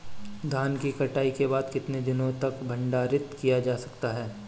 धान की कटाई के बाद कितने दिनों तक भंडारित किया जा सकता है?